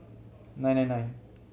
nine nine nine